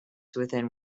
within